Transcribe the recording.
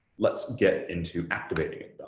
let's get into activating it, though.